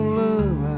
love